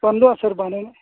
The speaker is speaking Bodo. बानलु आसार बानायनो